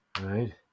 right